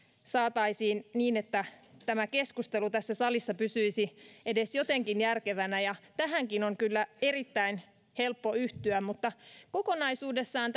saataisiin sellaiseksi että tämä keskustelu tässä salissa pysyisi edes jotenkin järkevänä ja tähänkin on kyllä erittäin helppo yhtyä kokonaisuudessaan